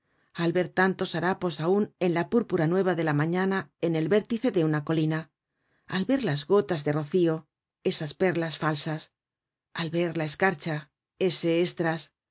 al ver tantos harapos aun en la púrpura nueva de la mañana en el vértice de una colina al ver las gotas de rocío esas perlas falsas al ver la escarcha ese estras